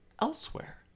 elsewhere